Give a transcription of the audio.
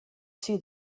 see